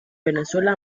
venezuela